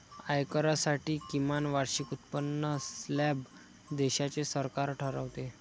आयकरासाठी किमान वार्षिक उत्पन्न स्लॅब देशाचे सरकार ठरवते